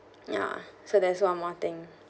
ya so there's one more thing